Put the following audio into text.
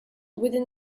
within